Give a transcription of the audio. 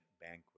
banquet